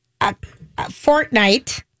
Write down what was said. Fortnite